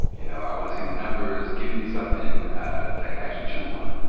you know, i wanna see the numbers. give me something that i can actually chew on.